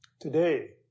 Today